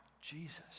Jesus